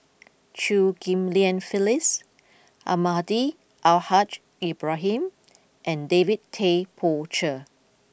Chew Ghim Lian Phyllis Almahdi Al Haj Ibrahim and David Tay Poey Cher